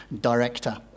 director